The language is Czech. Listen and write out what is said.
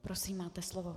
Prosím, máte slovo.